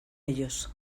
ellos